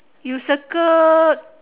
you circle